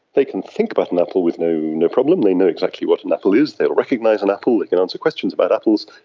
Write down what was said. they can think about an apple with no no problem, they know exactly what an apple is, they will recognise an apple, they can answer questions about apples,